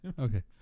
okay